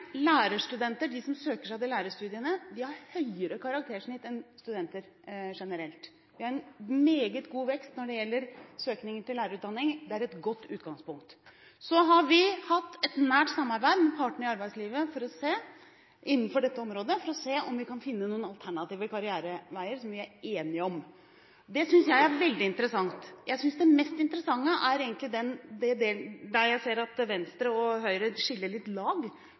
De som søker seg til lærerstudiene, har høyere karaktersnitt enn studenter generelt. Det er en meget god vekst når det gjelder søkningen til lærerutdanningen. Det er et godt utgangspunkt. Vi har hatt et nært samarbeid med partene i arbeidslivet innenfor dette området for å se om vi kan finne noen alternative karriereveier, som vi er enige om. Det synes jeg er veldig interessant. Jeg synes det mest interessante egentlig er der jeg ser at Venstre og Høyre skiller litt lag.